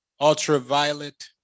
ultraviolet